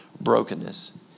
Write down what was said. brokenness